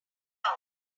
down